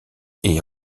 est